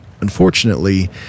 Unfortunately